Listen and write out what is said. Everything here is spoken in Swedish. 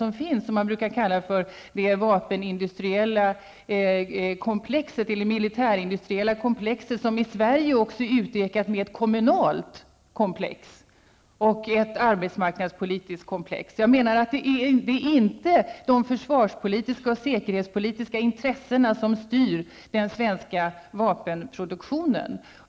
Man brukar tala om det vapenindustriella, eller militärindustriella, komplexet -- i Sverige utökat med ett kommunalt och arbetsmarknadspolitiskt komplex. Det är således inte de försvarspolitiska och säkerhetspolitiska intressena som styr den svenska vapenproduktionen.